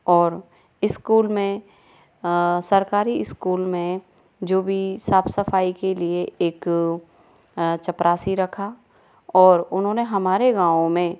और स्कूल में सरकारी स्कूल में जो भी साफ़ सफ़ाई के लिए एक चपरासी रखा और उन्होंने हमारे गाँव में